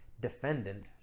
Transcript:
defendant